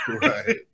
Right